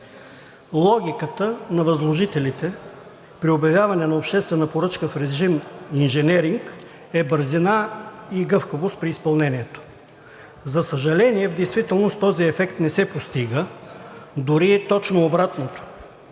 Логиката на възложителите при обявяване на обществена поръчка в режим на инженеринг е бързина и гъвкавост при изпълнението. За съжаление, в действителност този ефект не се постига, дори е точно обратното.